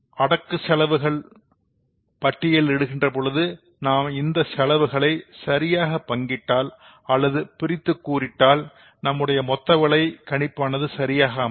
அடக்க செலவுகளை பட்டியலிடுகின்றனபொழுது நாம் இந்த செலவுகளை சரியாக பங்கிட்டால் அல்லது பிரித்து கூறிட்டாள் நம்முடைய மொத்த விலை கணிப்பானது சரியாக அமையும்